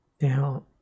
Now